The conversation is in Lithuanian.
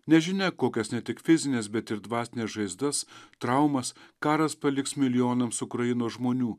nežinia kokias ne tik fizines bet ir dvasines žaizdas traumas karas paliks milijonams ukrainos žmonių